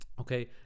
Okay